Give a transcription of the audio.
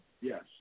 Yes